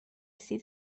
sydd